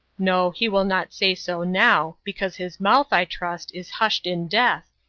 no, he will not say so now, because his mouth, i trust, is hushed in death,